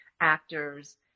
actors